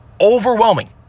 overwhelming